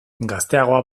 gazteagoa